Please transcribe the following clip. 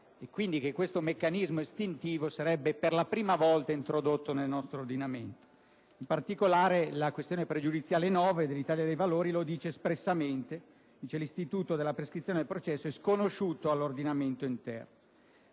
e quindi che questo meccanismo estintivo sarebbe introdotto per la prima volta; in particolare, la questione pregiudiziale QP9 dell'Italia dei Valori dice espressamente che l'istituto della prescrizione del processo è sconosciuto all'ordinamento interno.